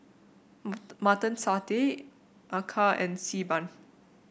Mutton Satay acar and Xi Ban